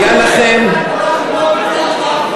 אדוני היושב-ראש,